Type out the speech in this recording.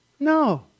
No